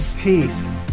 Peace